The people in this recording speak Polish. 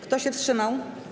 Kto się wstrzymał?